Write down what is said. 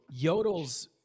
yodels